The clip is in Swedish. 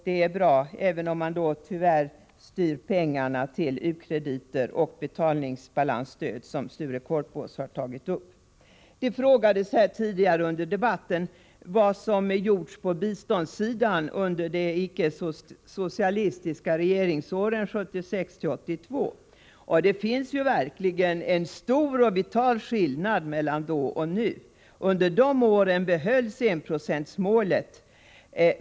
Det är bra, även om man då tyvärr styr pengarna till u-krediter och betalningsbalansstöd, som Sture Korpås tog upp i sitt anförande. Det frågades tidigare under debatten vad som gjorts på biståndssidan under de icke-socialistiska regeringsåren 1976-1982, och det finns verkligen en stor och vital skillnad mellan då och nu. Under de åren behölls enprocentsmålet.